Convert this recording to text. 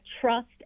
trust